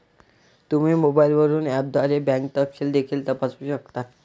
तुम्ही मोबाईलवरून ऍपद्वारे बँक तपशील देखील तपासू शकता